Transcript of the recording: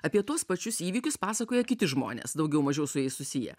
apie tuos pačius įvykius pasakoja kiti žmonės daugiau mažiau su jais susiję